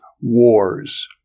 wars